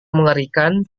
mengerikan